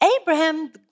Abraham